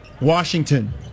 Washington